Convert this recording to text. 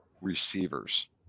receivers